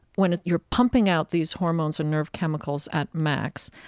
when you're pumping out these hormones and nerve chemicals at max.